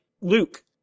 luke